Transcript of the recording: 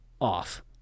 off